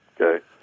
Okay